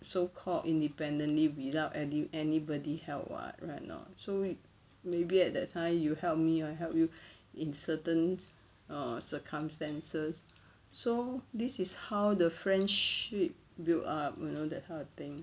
so called independently without any anybody help [what] right or not so maybe at that time you help me I help you in certain err circumstances so this is how the friendship build up you know that kind of thing